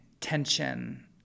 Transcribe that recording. tension